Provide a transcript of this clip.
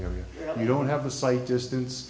area you don't have a site distance